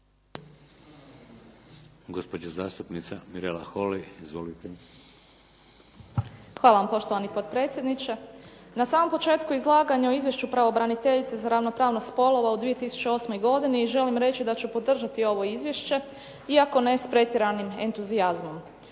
Hvala vam poštovani potpredsjedniče. Na samom početku izlaganja o izvješću pravobraniteljice za ravnopravnost spolova u 2008. godini želim reći da ću podržati ovo izvješće iako ne s pretjeranim entuzijazmom.